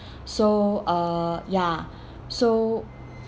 so uh ya so